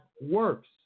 works